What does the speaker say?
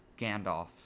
Gandalf